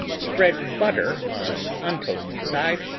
spread butter on untoasted side,